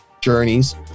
journeys